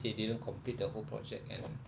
they didn't complete the whole project and